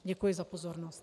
Děkuji za pozornost.